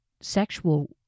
sexual